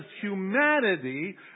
humanity